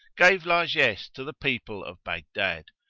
gave largesse to the people of baghdad,